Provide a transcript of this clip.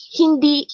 hindi